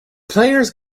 players